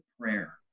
prayer